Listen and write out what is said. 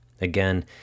Again